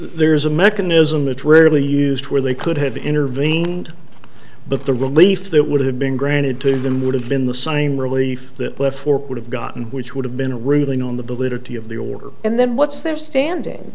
there's a mechanism it's rarely used where they could have intervened but the relief that would have been granted to them would have been the same relief that the fork would have gotten which would have been ruling on the validity of the order and then what's their standing